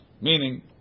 Meaning